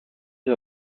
the